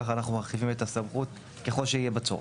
כך אנחנו מרחיבים את הסמכות ככל שיהיה בה צורך.